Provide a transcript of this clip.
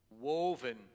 woven